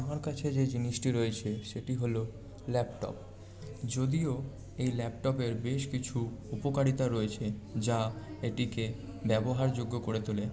আমার কাছে যে জিনিসটি রয়েছে সেটি হল ল্যাপটপ যদিও এই ল্যাপটপের বেশ কিছু উপকারিতা রয়েছে যা এটিকে ব্যবহারযোগ্য করে তোলে